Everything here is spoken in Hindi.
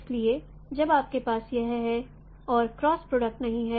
इसलिए जब आपके पास यह है और क्रॉस प्रोडक्ट नहीं है